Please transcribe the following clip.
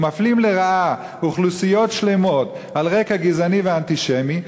ומפלים לרעה אוכלוסיות שלמות על רקע גזעני ואנטישמי,